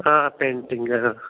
آ پینٹِنٛگ اۭں